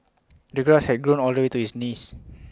the grass had grown all the way to his knees